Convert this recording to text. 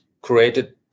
created